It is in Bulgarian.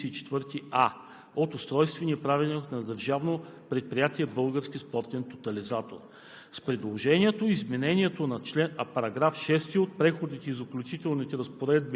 които са получавали премия след прекратяване на активната си състезателна дейност по чл. 34а от Устройствения правилник на Държавно предприятие „Български спортен тотализатор“.